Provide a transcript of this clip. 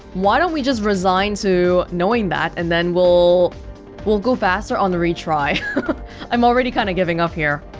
why don't we just resign to knowing that and then we'll we'll go faster on the retry i'm already kinda kind of giving up here